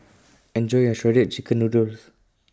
Enjoy your Shredded Chicken Noodles